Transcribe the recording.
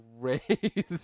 crazy